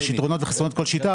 יש יתרונות וחסרונות לכל שיטה,